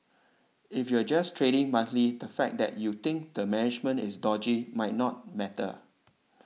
if you're just trading monthly the fact that you think the management is dodgy might not matter